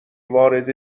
وارد